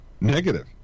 Negative